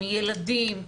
ילדים,